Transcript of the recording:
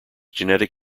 genetic